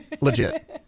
legit